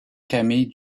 camille